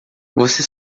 você